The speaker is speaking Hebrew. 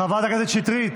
חברת הכנסת שטרית,